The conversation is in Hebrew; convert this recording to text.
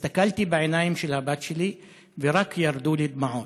הסתכלתי בעיניים של הבת שלי ורק ירדו לי דמעות,